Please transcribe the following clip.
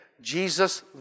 Jesus